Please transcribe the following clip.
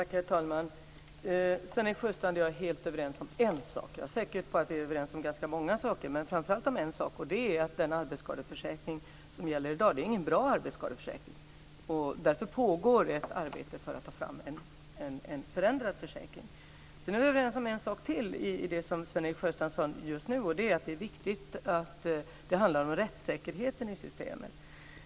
Herr talman! Sven-Erik Sjöstrand och jag är helt överens om en sak. Jag är säker på att vi är överens om ganska många saker men framför allt om en sak, och det är att den arbetsskadeförsäkring som gäller i dag inte är bra. Därför pågår det arbete med att ta fram en förändrad försäkring. Vi är överens om en sak till som Sven-Erik Sjöstrand just tog upp, nämligen att det är viktigt med rättssäkerheten i systemet.